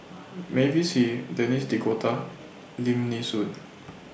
Mavis Hee Denis D'Cotta Lim Nee Soon